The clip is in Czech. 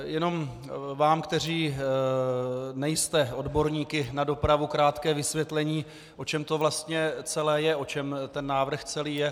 Jenom vám, kteří nejste odborníky na dopravu, krátké vysvětlení, o čem to vlastně celé je, o čem ten návrh celý je.